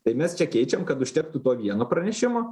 tai mes čia keičiam kad užtektų to vieno pranešimo